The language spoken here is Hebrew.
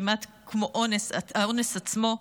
כמעט כמו האונס עצמו,